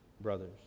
brothers